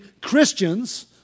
Christians